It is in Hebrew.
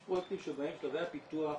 יש פרויקטים שבהם שלבי הפיתוח